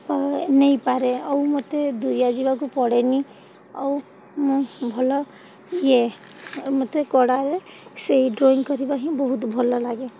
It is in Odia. ନେଇପାରେ ଆଉ ମୋତେ ଦୁରିଆ ଯିବାକୁ ପଡ଼େନି ଆଉ ମୁଁ ଭଲ ଇଏ ମୋତେ କଡ଼ାରେ ସେହି ଡ୍ରଇଂ କରିବା ହିଁ ବହୁତ ଭଲ ଲାଗେ